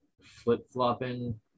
flip-flopping